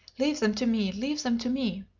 leave them to me leave them to me.